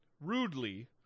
Rudely